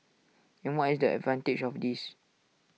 and what is the advantage of this